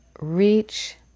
reach